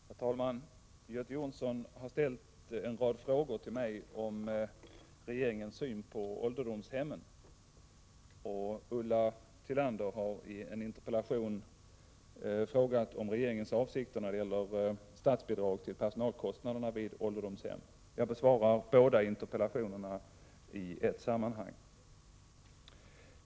Herr talman! Göte Jonsson har ställt följande fyra frågor till mig om ålderdomshemmen: —- Vilken är regeringens uppfattning om ålderdomshemmens framtid som alternativ i åldringsvården? — Hur ser utvecklingen av ålderdomshemsplatser i landet ut, och hur långt skall platsminskningen kunna fortgå? 23 — Avser regeringen ingripa på något sätt? —- Vilka omedelbara åtgärder avser regeringen att vidtaga, och vad är målsättningen med dessa? Ulla Tillander har frågat mig om regeringen ämnar ändra reglerna för statsbidrag till äldreomsorgen så att också ålderdomshemmen får statsbidrag till sina personalkostnader. Jag besvarar båda interpellationerna i ett sammanhang.